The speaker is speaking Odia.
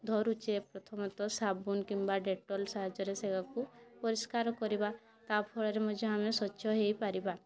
ଧରୁଛେ ପ୍ରଥମତ ସାବୁନ୍ କିମ୍ବା ଡେଟଲ୍ ସାହାଯ୍ୟରେ ସେୟାକୁ ପରିଷ୍କାର କରିବା ତା ଫଳରେ ମଧ୍ୟ ଆମେ ସ୍ୱଚ୍ଛ ହେଇ ପାରିବା